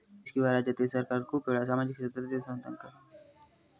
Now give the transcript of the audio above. देश किंवा राज्यातील सरकार खूप वेळा सामाजिक क्षेत्रातील संस्थांका कर सवलत देतत